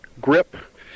grip